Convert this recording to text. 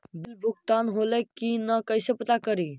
Bill भुगतान होले की न कैसे पता करी?